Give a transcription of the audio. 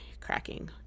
cracking